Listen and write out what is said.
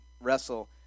wrestle